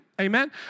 Amen